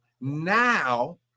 now